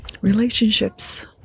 Relationships